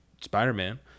Spider-Man